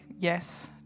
yes